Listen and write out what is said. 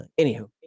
anywho